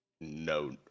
no